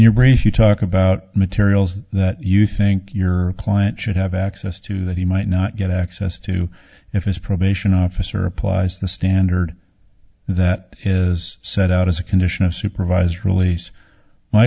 if you talk about materials that you think your client should have access to that he might not get access to if his probation officer applies the standard that is set out as a condition of supervised release my